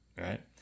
Right